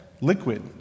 liquid